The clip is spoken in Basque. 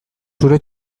zure